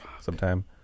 sometime